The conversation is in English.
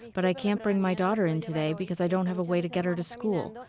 but i can't bring my daughter in today because i don't have a way to get her to school.